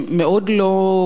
מאוד לא קיצוניים,